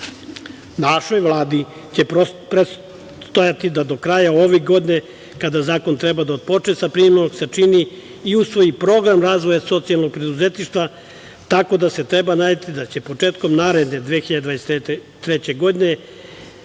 Našoj Vladi će predstojati da to kraja ove godine, kada zakon treba da počne sa primenom, sačini i usvoji program razvoja socijalnog preduzetništva, tako da se treba nadati da će početkom naredne 2023. godine